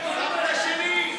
סבתא שלי?